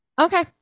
Okay